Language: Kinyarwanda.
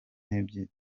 n’ebyiri